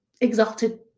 exalted